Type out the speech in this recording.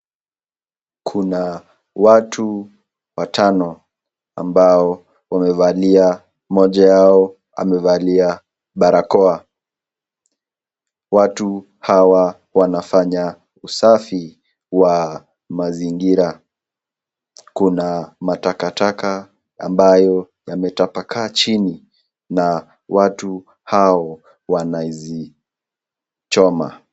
Kuna watu watano ambao wamevalia mmoja wao amevalia barakoa watu hawa wanafanya usafi wa mazingira kuna matakataka ambayo yametapakaa chini na watu hao wanazichoma.